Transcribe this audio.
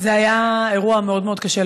זה היה אירוע מאוד מאוד קשה,